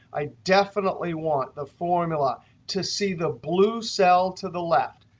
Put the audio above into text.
i definitely want the formula to see the blue cell to the left.